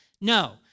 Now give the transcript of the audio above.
no